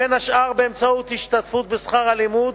בין השאר באמצעות השתתפות בשכר הלימוד